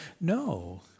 No